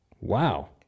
wow